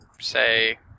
say